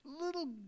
little